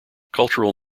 cultural